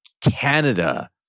Canada